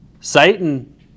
Satan